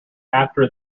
after